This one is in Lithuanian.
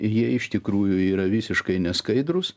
jie iš tikrųjų yra visiškai neskaidrūs